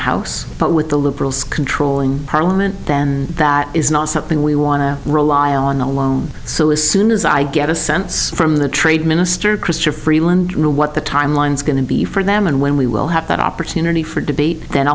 house but with the liberals controlling parliament then that is not something we want to rely on alone so as soon as i get a sense from the trade minister christian freeland what the timeline is going to be for them and when we will have that opportunity for debate then